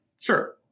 sure